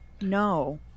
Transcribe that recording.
No